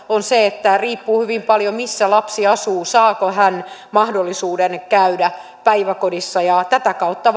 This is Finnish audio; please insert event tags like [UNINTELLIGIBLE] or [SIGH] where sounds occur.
on se että riippuu hyvin paljon siitä missä lapsi asuu saako hän mahdollisuuden käydä päiväkodissa tätä kautta [UNINTELLIGIBLE]